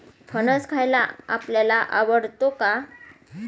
फणस खायला आपल्याला आवडतो का?